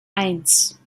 eins